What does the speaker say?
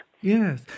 Yes